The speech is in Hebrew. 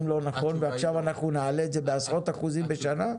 לא נכון ועכשיו אנחנו נעלה את זה בעשרות אחוזים בשנה?